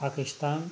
Pakistan